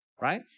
right